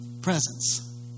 presence